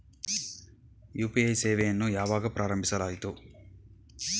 UPI ಸೇವೆಯನ್ನು ಯಾವಾಗ ಪ್ರಾರಂಭಿಸಲಾಯಿತು?